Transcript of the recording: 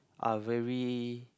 are very